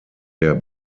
der